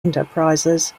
enterprises